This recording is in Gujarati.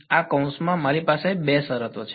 આ કૌંસમાં મારી પાસે બે શરતો છે